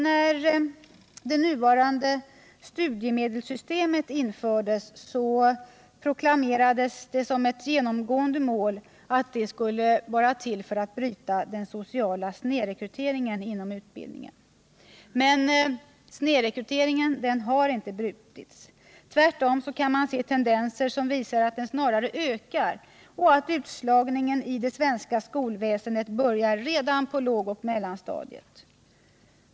När det nuvarande studiemedelssystemet infördes, så proklamerades det att systemet skulle vara till för att bryta den sociala snedrekryteringen inom utbildningen, men så har inte skett. Man kan tvärtom se tendenser till att den ökar och att utslagningen i det svenska skolväsendet börjar redan på lågoch mellanstadiet.